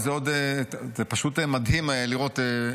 זה פשוט מדהים לראות.